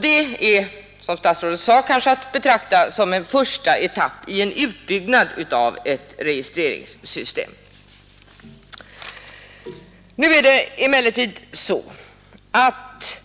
Det är som statsrådet sade kanske att betrakta som en första etapp i en utbyggnad av ett registreringssystem. Nu är det emellertid så att